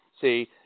see